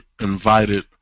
invited